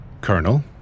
Colonel